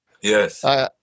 Yes